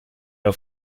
auf